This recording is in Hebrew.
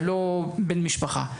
ולא בן משפחה,